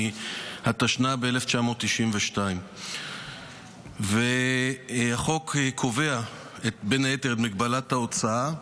התשנ"ב 1992. החוק קובע בין היתר את מגבלת ההוצאה,